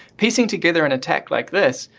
piecing together an attack like this,